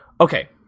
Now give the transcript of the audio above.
Okay